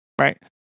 Right